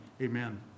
amen